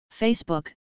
Facebook